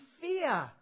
fear